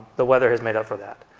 the weather has made up for that.